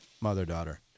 mother-daughter